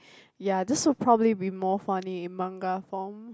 ya this will probably be more funny in manga form